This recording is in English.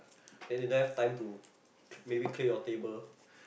then they don't have time to maybe clear your table